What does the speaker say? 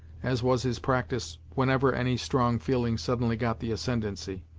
as was his practice whenever any strong feeling suddenly got the ascendancy.